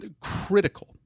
critical